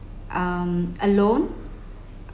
um alone